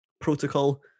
protocol